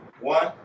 one